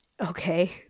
okay